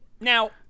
now